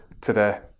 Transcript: today